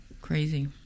Crazy